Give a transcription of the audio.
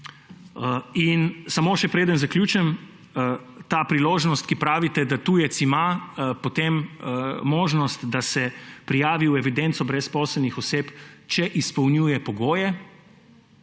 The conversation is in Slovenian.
Samo še, preden zaključim. Ta priložnost, ko pravite, da tujec ima potem možnost, da se prijavi v evidenco brezposelnih oseb, če izpolnjuje pogoje.